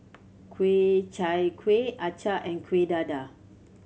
Ku Chai Kuih acar and Kueh Dadar